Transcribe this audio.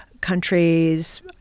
countries